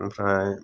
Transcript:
आमफ्राय